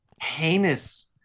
Heinous